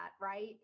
right